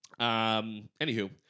Anywho